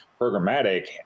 programmatic